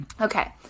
Okay